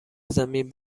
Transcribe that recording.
زمین